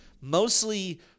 mostly